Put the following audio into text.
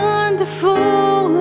Wonderful